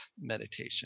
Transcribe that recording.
meditation